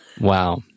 Wow